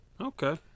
Okay